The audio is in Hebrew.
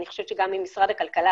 גם ממשרד הכלכלה